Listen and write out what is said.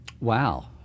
Wow